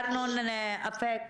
ארנון אפק.